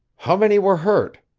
how many were hurt?